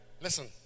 Listen